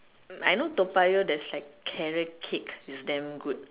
I know Toa-Payoh there's like carrot cake it's damn good